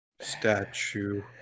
statue